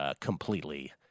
completely